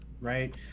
right